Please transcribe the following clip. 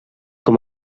com